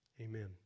amen